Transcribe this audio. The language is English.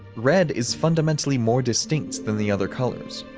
red is fundamentally more distinct than the other colors.